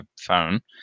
phone